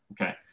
okay